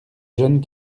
jeunes